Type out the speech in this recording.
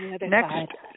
next